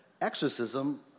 exorcism